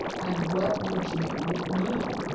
and what would you with me?